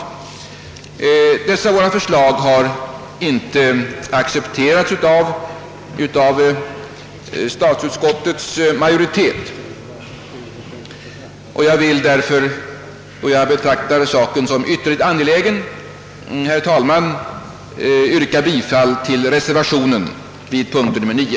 Dessa våra förslag har inte accepterats av statsutskottets majoritet. Jag vill därför, då jag betraktar frågan som ytterligt angelägen, yrka bifall till reservationen 6 vid punkten 9.